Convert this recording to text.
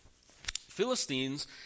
Philistines